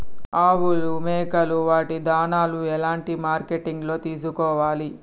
ఆవులు మేకలు వాటి దాణాలు ఎలాంటి మార్కెటింగ్ లో తీసుకోవాలి?